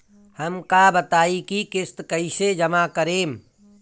हम का बताई की किस्त कईसे जमा करेम?